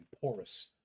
porous